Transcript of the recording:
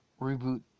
reboot